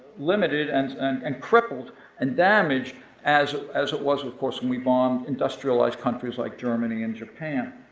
limited and and and crippled and damaged as as it was, of course, when we bombed industrialized countries like germany and japan.